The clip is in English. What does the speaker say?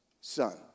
son